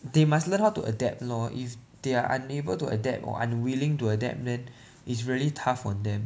they must learn how to adapt lor if they are unable to adapt or unwilling to adapt then it's really tough on them